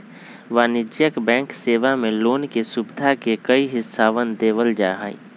वाणिज्यिक बैंक सेवा मे लोन के सुविधा के कई हिस्सवन में देवल जाहई